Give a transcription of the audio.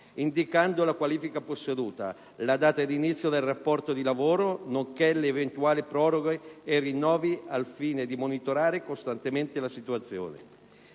indicando la qualifica posseduta, la data d'inizio del rapporto di lavoro, nonché le eventuali proroghe e rinnovi, per consentire di monitorare costantemente la situazione.